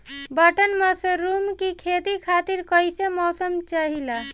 Button mushroom के खेती खातिर कईसे मौसम चाहिला?